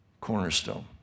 cornerstone